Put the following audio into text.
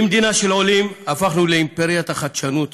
ממדינה של עולים הפכנו לאימפריית החדשנות